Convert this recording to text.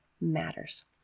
matters